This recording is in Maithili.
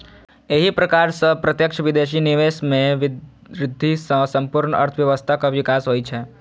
एहि प्रकार सं प्रत्यक्ष विदेशी निवेश मे वृद्धि सं संपूर्ण अर्थव्यवस्थाक विकास होइ छै